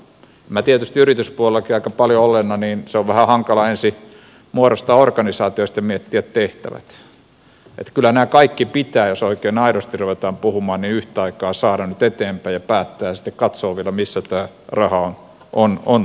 minä tietysti yrityspuolellakin aika paljon olleena tiedän että se on vähän hankalaa ensin muodostaa organisaatio ja sitten miettiä tehtävät niin että kyllä nämä kaikki pitää jos oikein aidosti ruvetaan puhumaan yhtä aikaa saada nyt eteenpäin ja päättää ja sitten katsoa vielä missä tämä raha on todellakin